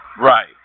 Right